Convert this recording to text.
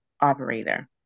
operator